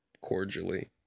cordially